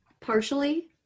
Partially